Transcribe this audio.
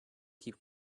keep